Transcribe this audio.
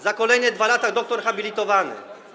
Za kolejne 2 lata - doktor habilitowany.